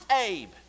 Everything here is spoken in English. Abe